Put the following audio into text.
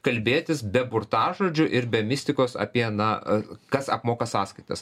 kalbėtis be burtažodžių ir be mistikos apie na kas apmoka sąskaitas